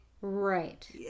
right